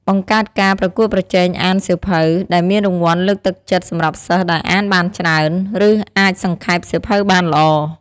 បង្កើតការប្រកួតប្រជែងអានសៀវភៅ ដែលមានរង្វាន់លើកទឹកចិត្តសម្រាប់សិស្សដែលអានបានច្រើន ឬអាចសង្ខេបសៀវភៅបានល្អ។